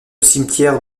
cimetière